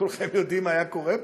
כולכם יודעים מה היה קורה פה.